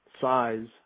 size